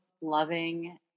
loving